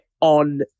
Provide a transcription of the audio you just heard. on